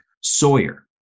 Sawyer